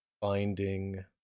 finding